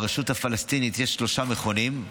ברשות הפלסטינית יש שלושה מכונים,